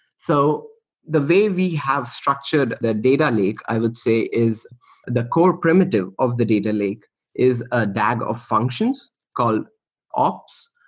so the way we have structured the data lake i would say is the core primitive of the data lake is a bag of functions called ops,